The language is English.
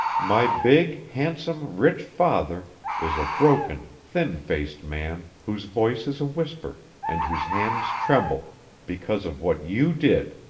my big, handsome, rich father is a broken, thin-faced man whose voice is a whisper and whose hands tremble because of what you did.